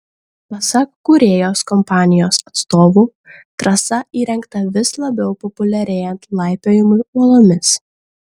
pasak kūrėjos kompanijos atstovų trasa įrengta vis labiau populiarėjant laipiojimui uolomis